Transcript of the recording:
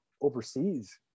overseas